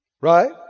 right